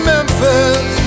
Memphis